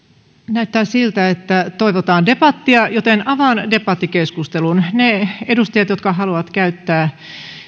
näyttää siltä että toivotaan debattia joten avaan debattikeskustelun ne edustajat jotka haluavat käyttää